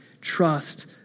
Trust